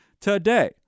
Today